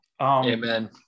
Amen